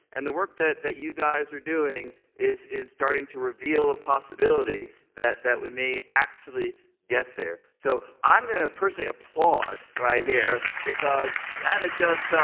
and the work that that you guys are doing is is starting to reveal a possibility that that we may actually get there. so i'm going to personally applaud right here, because that is just,